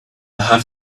have